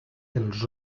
els